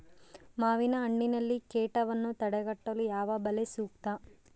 ಮಾವಿನಹಣ್ಣಿನಲ್ಲಿ ಕೇಟವನ್ನು ತಡೆಗಟ್ಟಲು ಯಾವ ಬಲೆ ಸೂಕ್ತ?